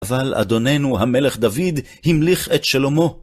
אבל אדוננו המלך דוד המליך את שלמה